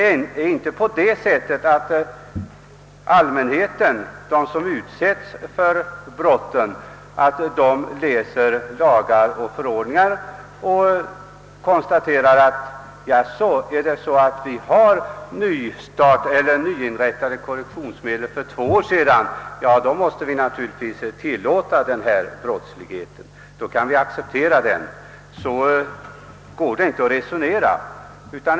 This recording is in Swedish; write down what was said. Allmänheten, som utsätts för brotten, läser inte lagar och förordningar och konstaterar, att vi fick nya korrektionsmedel för två år sedan och att vi då naturligtvis måste tillåta och acceptera denna brottslighet tills vi vinner erfarenhet av dessa korrektionsmedel. Så kan man inte resonera.